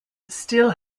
still